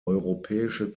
europäische